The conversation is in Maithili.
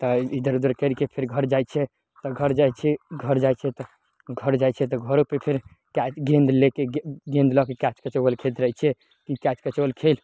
तऽ इधर उधर करिके फेर घर जाइ छियै घर जाइ छियै घर जाइ छियै तऽ घर जाइ छियै तऽ घरोपर फेर कैच गेन्द लएके गेन्द लअ के कैच कचव्वल खेलैत रहय छियै कैच कचव्वल खेल